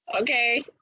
Okay